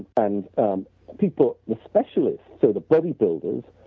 and people especially for the bodybuilders